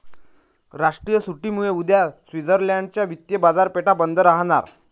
राष्ट्रीय सुट्टीमुळे उद्या स्वित्झर्लंड च्या वित्तीय बाजारपेठा बंद राहणार